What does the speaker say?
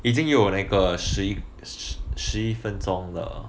已经有那个十一十一分钟了